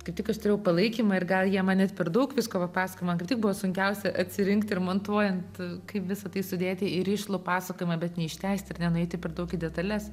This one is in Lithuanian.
kaip tik aš turėjau palaikymą ir gal jie man net per daug visko pa pasakojo man kaip tik buvo sunkiausia atsirinkt ir montuojant kaip visa tai sudėti į rišlų pasakojimą bet neišleisti ir nenueiti per daug į detales